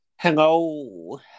Hello